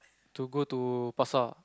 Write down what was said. to go to pasar